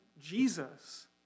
Jesus